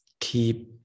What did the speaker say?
keep